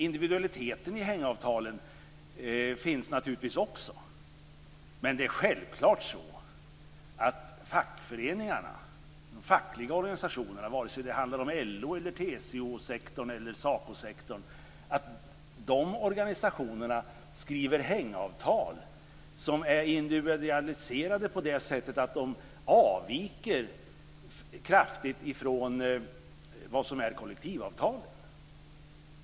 Individualiteten i hängavtalen finns naturligtvis också. Men fackföreningarna och de fackliga organisationerna - vare sig det handlar om LO, TCO eller SACO - kan skriva hängavtal som är individualiserade på det sättet att de avviker kraftigt från kollektivavtalen.